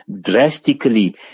drastically